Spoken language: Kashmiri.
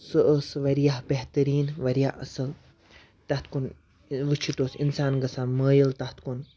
سۄ ٲس واریاہ بہتریٖن واریاہ اَصٕل تَتھ کُن وٕچھِتھ اوس اِنسان گژھان مٲیِل تَتھ کُن